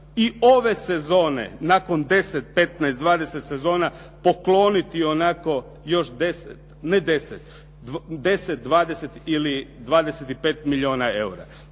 i ove sezone nakon 10, 15, 20 sezona pokloniti onako još 10, ne 10, nego 10, 20 ili 25 milijuna eura.